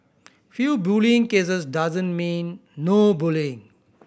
few bullying cases doesn't mean no bullying